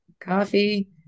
Coffee